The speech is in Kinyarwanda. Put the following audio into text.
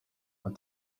aha